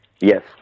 yes